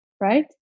Right